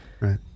right